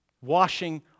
Washing